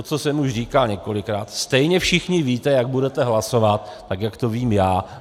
Už jsem to říkal několikrát, stejně všichni víte, jak budete hlasovat, tak jak to vím já.